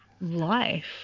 life